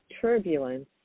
turbulence